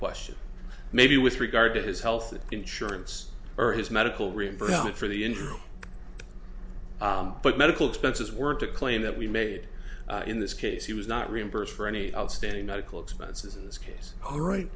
question maybe with regard to his health insurance or his medical reimbursement for the injury but medical expenses were to claim that we made in this case he was not reimbursed for any outstanding medical expenses in this case all right